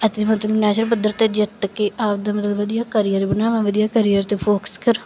ਅਤੇ ਮਤਲਬ ਨੈਸ਼ਨਲ ਪੱਧਰ 'ਤੇ ਜਿੱਤ ਕੇ ਆਪਦਾ ਮਤਲਬ ਵਧੀਆ ਕਰੀਅਰ ਬਣਾਵਾਂ ਵਧੀਆ ਕਰੀਅਰ 'ਤੇ ਫੋਕਸ ਕਰਾਂ